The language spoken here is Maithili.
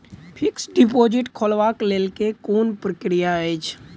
फिक्स्ड डिपोजिट खोलबाक लेल केँ कुन प्रक्रिया अछि?